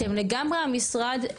אתם לגמרי המשרד,